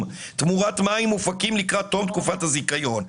תמורת מים מופקים לקראת תום תקופת הזיכיון.